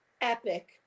epic